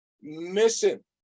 missing